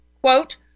Quote